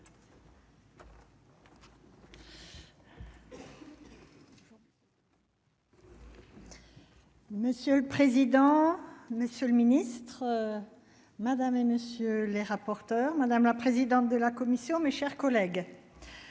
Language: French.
Monsieur le président, monsieur le ministre madame et monsieur les rapporteurs, madame la présidente de la commission, mes chers collègues,